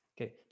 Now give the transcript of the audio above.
Okay